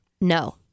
No